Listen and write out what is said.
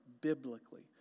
biblically